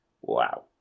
wow